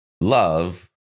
love